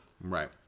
Right